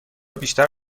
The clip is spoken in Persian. بیشتر